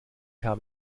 habe